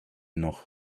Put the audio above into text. noch